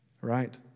right